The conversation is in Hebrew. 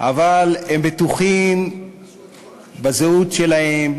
אבל הם בטוחים בזהות שלהם,